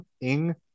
Ing